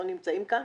לא נמצאים כאן.